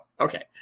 okay